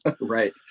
right